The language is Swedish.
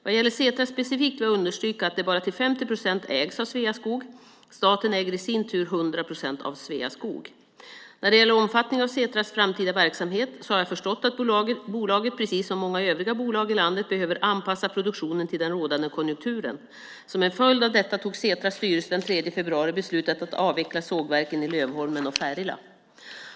Vad gäller Setra specifikt vill jag understryka att det bara till 50 procent ägs av Sveaskog. Staten äger i sin tur 100 procent av Sveaskog. När det gäller omfattningen av Setras framtida verksamhet har jag förstått att bolaget, precis som många övriga bolag i landet, behöver anpassa produktionen till den rådande konjunkturen. Som en följd av detta tog Setras styrelse den 3 februari beslutet att avveckla sågverken i Lövholmen och Färila.